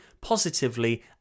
positively